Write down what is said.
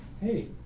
Hey